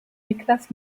niklas